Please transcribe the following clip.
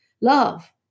love